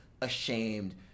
ashamed